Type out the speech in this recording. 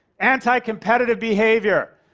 anticompetitive behavior.